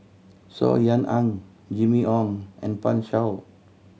Saw Ean Ang Jimmy Ong and Pan Shou